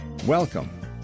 Welcome